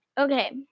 Okay